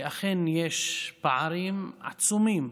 שאכן יש פערים עצומים